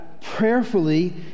prayerfully